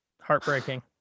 Heartbreaking